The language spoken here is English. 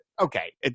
okay